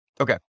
Okay